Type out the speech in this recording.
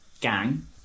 gang